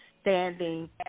standing